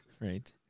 Right